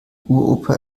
uropa